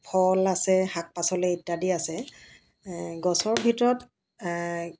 ফল আছে শাক পাচলি ইত্যাদি আছে গছৰ ভিতৰত